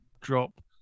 drop